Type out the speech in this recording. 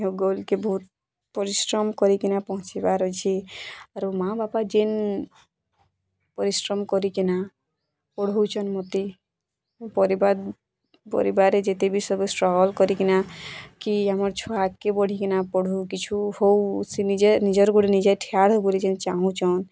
goal କି ବହୁତ ପରିଶ୍ରମ କରିକିନା ପହଁଞ୍ଚିବାର୍ ଅଛି ଆାରୁ ମାଆ ବାପା ଯେନ୍ ପରିଶ୍ରମ କରିକିନା ପଢ଼ଉଛନ୍ ମୋତେ ପରିବା ପରିବାରେ ଯେତେ ବି ଷ୍ଟ୍ରଗଲ୍ କରିକିନା କି ଆମର୍ ଛୁଆ ଆଗ୍କେ ବଢ଼ିକିନା ପଢ଼ୁ କିଛି ହଉ ସେ ନିଜେ ନିଜର୍ ଗୋଡ଼୍ରେ ଠିଆ ଯେନ୍ ଚାହୁଁଛନ୍